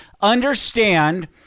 understand